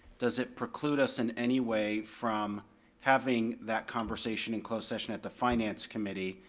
does it preclude us in any way from having that conversation in closed session at the finance committee,